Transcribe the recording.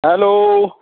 hello